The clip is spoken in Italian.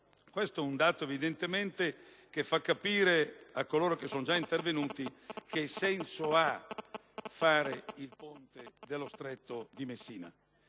Questo è un dato che evidentemente fa capire a coloro che sono già intervenuti che senso ha fare il ponte sullo Stretto di Messina.